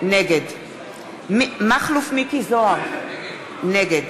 נגד מכלוף מיקי זוהר, נגד